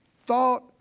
thought